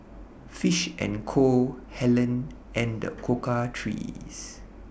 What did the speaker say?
Fish and Co Helen and The Cocoa Trees